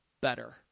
better